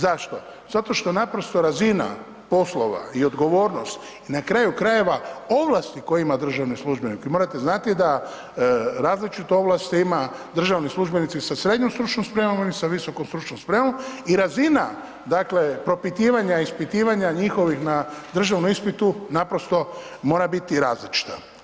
Zašto, zato što naprosto razina poslova i odgovornost i na kraju krajeva ovlasti koje ima državni službenik, vi morate znati da različite ovlasti ima državni službenici sa srednjom stručnom spremom i oni sa visokom stručnom spremom i razina dakle propitivanja, ispitivanja njihovih na državnom ispitu naprosto mora biti različita.